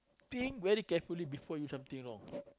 think very carefully before you something wrong